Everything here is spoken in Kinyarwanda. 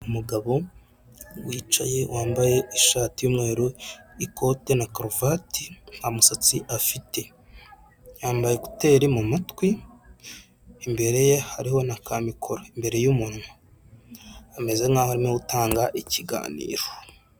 Umugabo wicaye wambaye ishati y'umweru ikote na karuvati, nta musatsi afite. Yambaye ekuteri mu matwi, imbere ye hariho na ka mikoro, mbere y'umuntu. Ameze nkaho nu utanga ikiganiro.